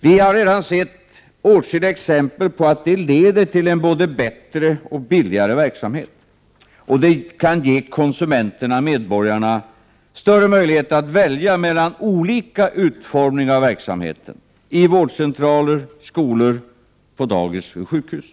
Vi har redan sett åtskilliga exempel på att detta leder till en både bättre och billigare verksamhet. Och det kan ge konsumenterna, medborgarna, större möjlighet att välja mellan olika utformningar av verksamheten i vårdcentraler, skolor, på dagis och sjukhus.